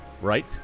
right